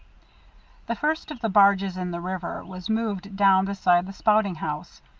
the first of the barges in the river was moved down beside the spouting house,